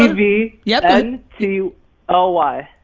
ah v yeah n t l y.